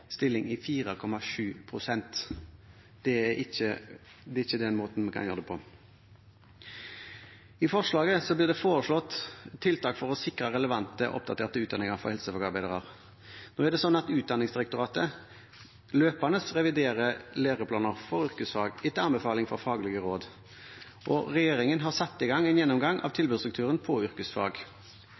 stilling på 4,7 pst. Det er ikke måten å gjøre det på. I forslaget blir det foreslått tiltak for å sikre relevante, oppdaterte utdanninger for helsefagarbeidere. Nå er det slik at Utdanningsdirektoratet løpende reviderer læreplanene for yrkesfag etter anbefaling fra faglige råd, og regjeringen har satt i gang en gjennomgang av tilbudsstrukturen for yrkesfag.